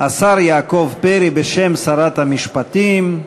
השר יעקב פרי בשם שרת המשפטים,